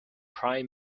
prime